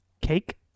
Cake